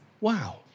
Wow